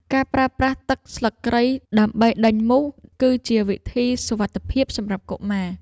ការប្រើប្រាស់ទឹកស្លឹកគ្រៃដើម្បីដេញមូស គឺជាវិធីសុវត្ថិភាពសម្រាប់កុមារ។